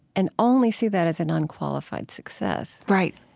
and only see that as a nonqualified success right.